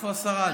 איפה השרה?